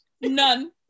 none